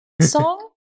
song